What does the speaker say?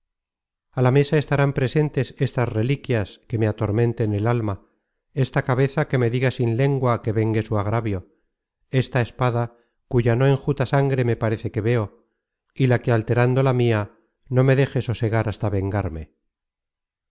á la mesa estarán presentes estas reliquias que me atormenten el alma esta cabeza que me diga sin lengua que vengue su agravio esta espada cuya no enjuta sangre me parece que veo y la que alterando la mia no me deje sosegar hasta vengarme